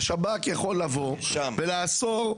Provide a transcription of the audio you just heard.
השב"כ יכול לבוא --- כנאשם.